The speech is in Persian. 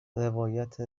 روایت